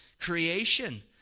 creation